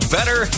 Better